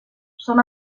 són